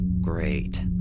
Great